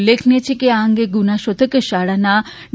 ઉલ્લેખનીય છે કે આ અંગે ગુનાશોધક શાળાના ડી